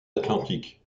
atlantique